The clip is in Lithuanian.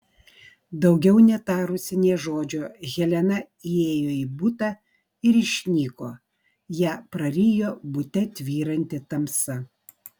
daugiau netarusi nė žodžio helena įėjo į butą ir išnyko ją prarijo bute tvyranti tamsa